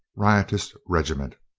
riotous regiment.